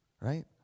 right